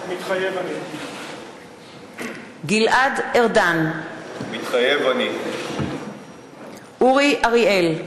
מתחייב אני גלעד ארדן, מתחייב אני אורי אריאל,